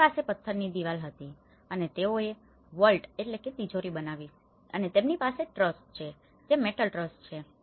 તેમની પાસે પથ્થરની દિવાલ હતી અને તેઓએ વોલ્ટvaultતિજોરી બનાવી હતી અને તેમની પાસે ટ્રસ છે જે મેટલ ટ્રસ છે